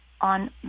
on